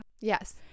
yes